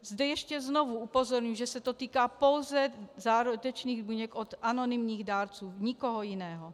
Zde ještě znovu upozorňuji, že se to týká pouze zárodečných buněk od anonymních dárců, nikoho jiného.